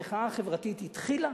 המחאה החברתית התחילה